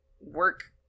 work